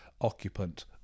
occupant